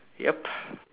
ya